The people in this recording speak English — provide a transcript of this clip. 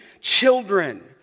children